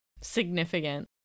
significant